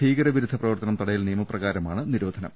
ഭീകര വിരുദ്ധ പ്രവർത്തനം തടയൽ നിയമപ്ര കാരമാണ് നിരോധനം